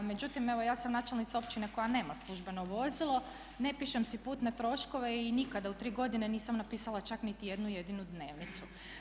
Međutim, evo ja sam načelnica općine koja nema službeno vozila, ne pišem si putne troškove i nikada u 3 godine nisam napisala čak niti jednu jedinu dnevnicu.